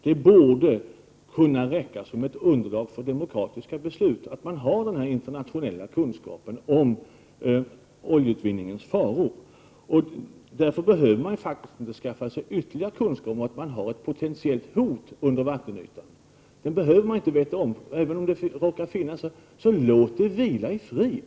Det borde kunna räcka som ett underlag för demokratiska beslut att man har den internationella kunskapen om oljeutvinningens faror. Därför behöver man faktiskt inte skaffa sig ytterligare kunskaper om att man har ett potentiellt hot under vattenytan. Det behöver man inte veta om, även om det råkar finnas. Låt det vila i frid.